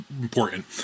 important